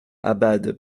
abad